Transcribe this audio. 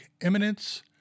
Eminence